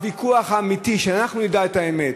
הוויכוח האמיתי, שאנחנו נדע את האמת,